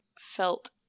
felt